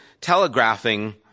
telegraphing